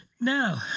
Now